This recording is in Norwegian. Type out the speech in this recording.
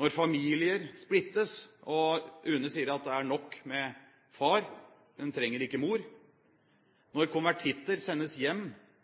når familier splittes, og UNE sier at det er nok med far, man trenger ikke mor,